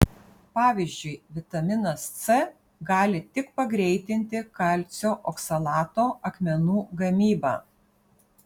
pavyzdžiui vitaminas c gali tik pagreitinti kalcio oksalato akmenų gamybą